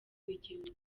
w’igihugu